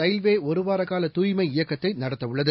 ரயில்வேஒருவாரகால தூய்மை இயக்கத்தைநடத்தவுள்ளது